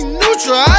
neutral